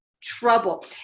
trouble